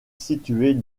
située